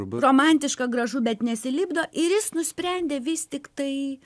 romantiška gražu bet nesilipdo ir jis nusprendė vis tiktai